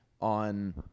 on